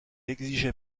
exigeait